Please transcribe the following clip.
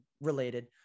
related